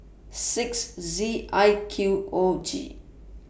six Z I Q O G